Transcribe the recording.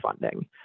funding